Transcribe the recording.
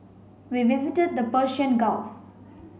we visited the Persian Gulf